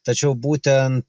tačiau būtent